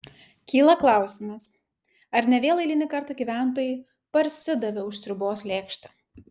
kyla klausimas ar ne vėl eilinį kartą gyventojai parsidavė už sriubos lėkštę